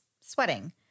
sweating